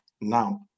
now